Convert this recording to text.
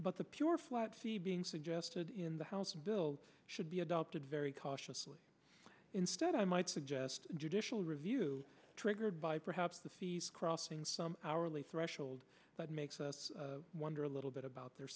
but the pure flat fee being suggested in the house bill should be adopted very cautiously instead i might suggest judicial review triggered by perhaps the fees crossing some hourly threshold but makes us wonder a little bit about their